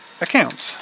accounts